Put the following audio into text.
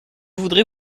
voudrais